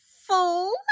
full